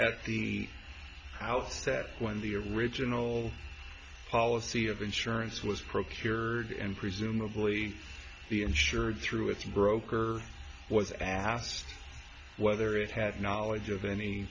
at the outset when the original policy of insurance was procured and presumably the insurer through its broker was asked whether it had knowledge of any